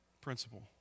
principle